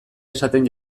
esaten